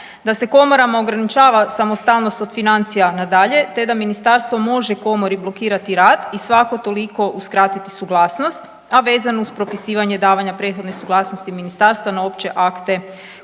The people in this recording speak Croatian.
da se komorama ograničava samostalno od financija, na dalje te da Ministarstvo može komori blokirati rad i svako toliko uskratiti suglasnost, a vezano uz propisivanje davanja prethodne suglasnosti Ministarstva na opće akte komore.